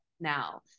now